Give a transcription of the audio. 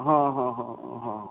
ਹਾਂ ਹਾਂ ਹਾਂ ਹਾਂ